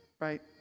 right